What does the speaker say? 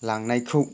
लांनायखौ